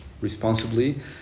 responsibly